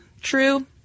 true